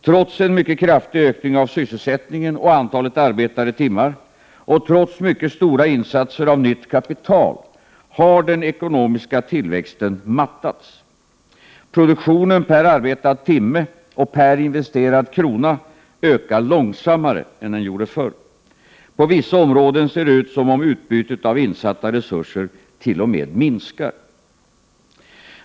Trots en mycket kraftig ökning av sysselsättningen och antalet arbetade timmar och trots mycket stora insatser av nytt kapital har den ekonomiska tillväxten mattats. Produktionen per arbetad timme och per investerad krona ökar långsammare än förr. På vissa områden ser det ut som om utbytet av insatta resurser t.o.m. minskar.